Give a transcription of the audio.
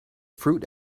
fruit